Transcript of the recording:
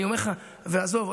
אני אומר לך: עזוב,